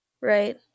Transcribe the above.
Right